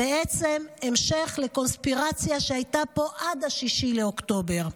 ובעצם המשך לקונספציה שהייתה פה עד 6 באוקטובר.